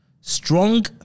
Strong